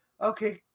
Okay